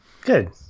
good